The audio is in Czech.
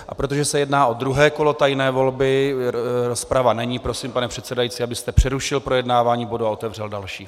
A protože se jedná o druhé kolo tajné volby, rozprava není, prosím, pane předsedající, abyste přerušil projednávání bodu a otevřel další.